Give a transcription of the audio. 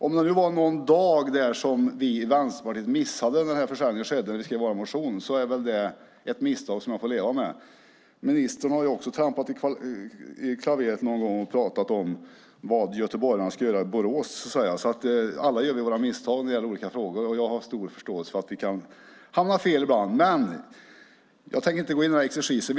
Om det nu var någon dag när försäljningen skedde som vi i Vänsterpartiet missade när vi skrev vår motion är väl det ett misstag som jag får leva med. Ministern har ju också trampat i klaveret någon gång och pratat om vad göteborgare skulle göra i Borås. Alla gör vi våra misstag när det gäller olika frågor, och jag har stor förståelse för att vi kan hamna fel ibland. Jag tänker inte gå in i några exerciser.